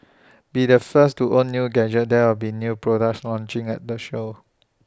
be the first to own new gadgets there will be new products launching at the show